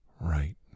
right